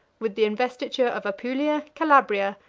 with the investiture of apulia, calabria,